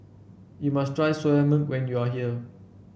you must try soya men when you are here